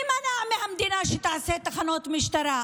מי מנע מהמדינה לעשות תחנות משטרה?